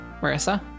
Marissa